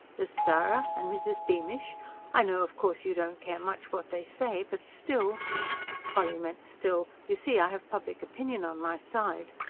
there's sara, and mrs. beamish i know, of course, you don't care much what they say but still polly meant still, you see, i have public opinion on my side.